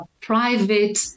private